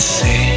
say